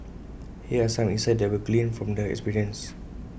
here are some insights that we gleaned from the experience